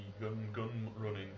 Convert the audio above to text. gun-gun-running